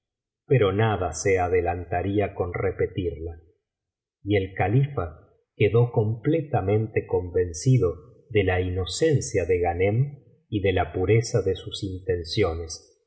pero nada se adelantaría con repetirla y el califa quedó completamente convencido de la inocencia de ghanem y de la pureza de sus intenciones